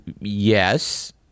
yes